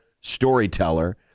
storyteller